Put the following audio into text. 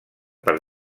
per